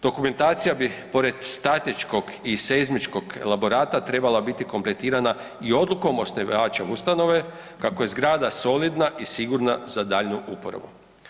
Dokumentacija bi pored statičkog i seizmičkog elaborata trebala biti kompletirana i odlukom osnivača ustanove kako je zgrada solidna i sigurna za daljnju uporabu.